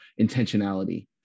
intentionality